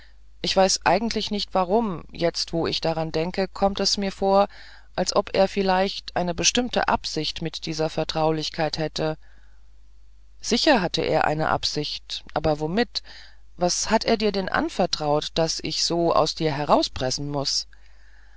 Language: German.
ich weiß eigentlich nicht warum jetzt wo ich daran denke kommt es mir vor als ob er vielleicht eine bestimmte absicht mit dieser vertraulichkeit hätte sicher hatte er eine absicht aber womit was hat er dir denn anvertraut das ich so aus dir herauspressen muß